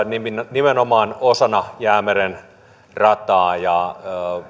nimenomaan osana jäämeren rataa ja